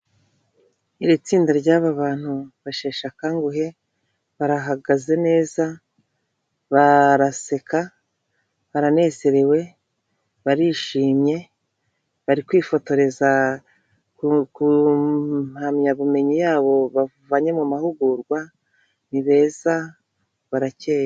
Iri tsinda ry'aba bantu basheshe akanguhe, barahagaze neza, baraseka, baranezerewe, barishimye, bari kwifotoreza ku mpamyabumenyi yabo bavanye mu mahugurwa, ni beza barakeye.